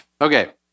Okay